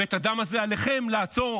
את הדם הזה עליכם לעצור,